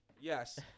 Yes